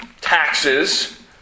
taxes